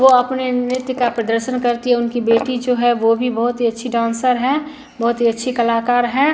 वह अपने नृत्य का प्रदर्शन करती हैं उनकी बेटी जो है वह भी बहुत ही अच्छी डांसर है बहुत ही अच्छी कलाकार हैं